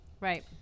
right